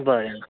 बरें